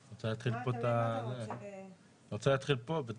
אני לא בא להאשים או לחלק האשמות למישהו כזה או אחר,